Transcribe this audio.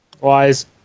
Wise